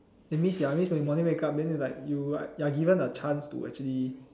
that means ya you morning wake up and you are given the chance to actually